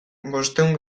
bostehun